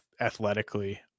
athletically